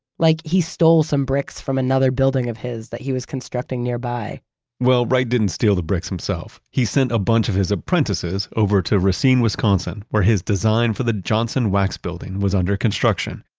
like he stole some bricks from another building of his, that he was constructing nearby well, wright didn't steal the bricks himself, he sent a bunch of his apprentices over to racine, wisconsin, where his design for the johnson wax building was under construction.